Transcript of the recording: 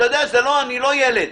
אני לא ילד.